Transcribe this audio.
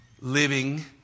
Living